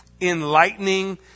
enlightening